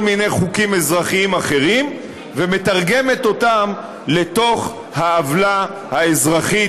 מיני חוקים אזרחיים אחרים ומתרגמת אותם לתוך העוולה האזרחית,